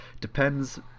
depends